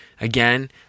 again